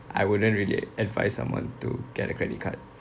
I wouldn't really advice someone to get a credit card